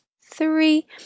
three